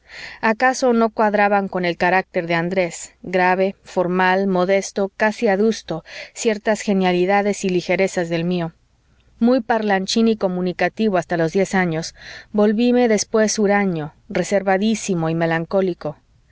acaso no cuadraban con el carácter de andrés grave formal modesto casi adusto ciertas genialidades y ligerezas del mío muy parlachín y comunicativo hasta los diez años volvíme después huraño reservadísimo y melancólico ya